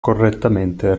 correttamente